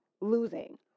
losing